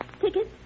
Tickets